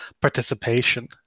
participation